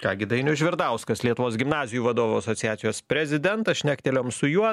ką gi dainius žvirdauskas lietuvos gimnazijų vadovų asociacijos prezidentas šnektelėjom su juo